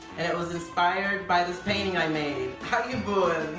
and it was inspired by this painting i made. how you booin'?